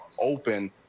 open